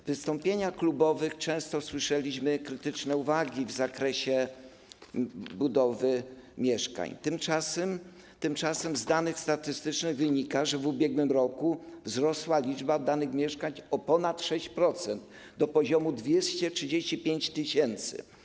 W wystąpieniach klubowych często słyszeliśmy krytyczne uwagi odnośnie do budowy mieszkań, tymczasem z danych statystycznych wynika, że w ubiegłym roku wzrosła liczba oddanych mieszkań o ponad 6%, do poziomu 235 tys.